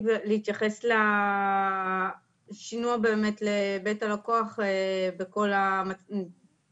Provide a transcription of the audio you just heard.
להתייחס לשינוע לבית הלקוח בכל סוגי מצבי